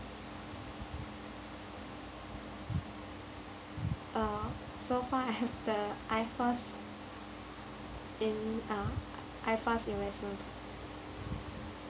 uh so far I have the iFast in uh iFast investment